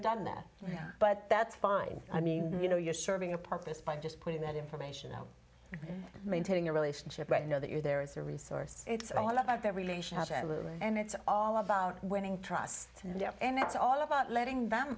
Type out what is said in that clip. done that but that's fine i mean you know you're serving a purpose by just putting that information out maintaining a relationship right now that you're there as a resource it's all about their relationship and it's all about winning trust and that's all about letting them